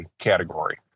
category